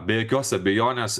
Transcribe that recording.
be jokios abejonės